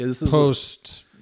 post